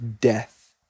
death